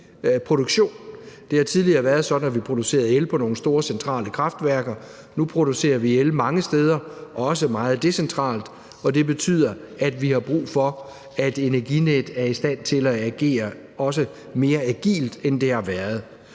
energiproduktion. Det har tidligere været sådan, at vi producerede el på nogle store centrale kraftværker, men nu producerer vi el mange steder, også meget decentralt, og det betyder, at vi har brug for, at Energinet er i stand til at agere også mere agilt, end det har været,